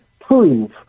prove